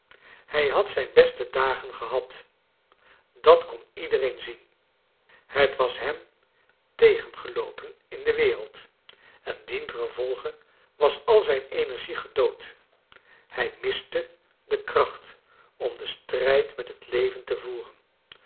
hij had zijn beste dagen gehad dat kon iedereen zien het was hem tegengeloopen in de wereld en dientengevolge was al zijne energie gedoodhij miste de kracht om den strijd met het leven te voeren